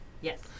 Yes